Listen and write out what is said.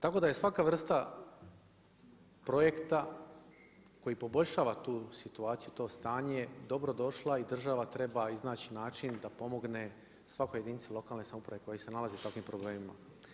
Tako da je svaka vrsta projekta koji poboljšava tu situaciju, to stanje je dobro došla i država treba iznaći način da pomogne svakoj jedinici lokalne samouprave koja se nalazi u takvim problemima.